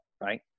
Right